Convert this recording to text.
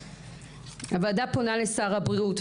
הוועדה פונה לשר הבריאות,